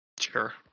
Sure